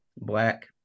black